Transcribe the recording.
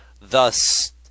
thus